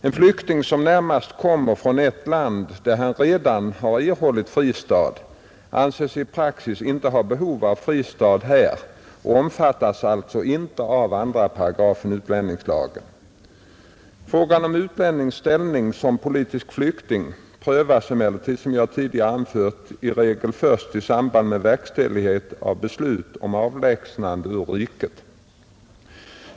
En flykting som närmast kommer från ett land där han redan har erhållit fristad anses i praxis inte ha behov av fristad här och omfattas alltså inte av 2§ utlänningslagen. Frågan om utlännings ställning som politisk flykting prövas emellertid som jag tidigare anfört i regel först i samband med verkställighet av beslut om avlägsnande ur riket.